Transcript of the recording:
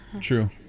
true